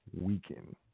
weaken